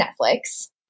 Netflix